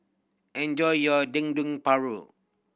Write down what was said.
enjoy your Dendeng Paru